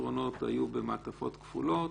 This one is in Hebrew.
הפתרונות היו במעטפות כפולות,